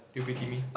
do you pity me